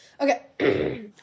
okay